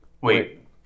wait